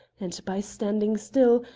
and, by standing still,